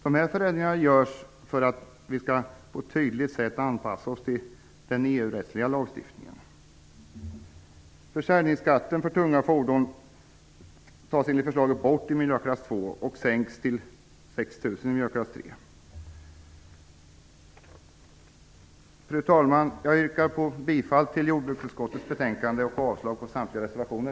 Dessa förändringar görs för att vi på ett tydligt sätt skall anpassa oss till den EU-rättsliga lagstiftningen. Försäljningsskatten för tunga fordon tas enligt förslaget bort i miljöklass 2, och sänks till Fru talman! Jag yrkar bifall till hemställan i jordbruksutskottets betänkande och avslag på samtliga reservationer.